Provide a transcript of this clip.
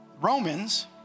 Romans